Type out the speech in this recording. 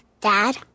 Dad